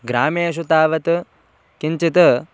ग्रामेषु तावत् किञ्चित्